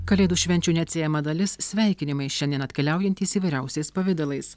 kalėdų švenčių neatsiejama dalis sveikinimai šiandien atkeliaujantys įvairiausiais pavidalais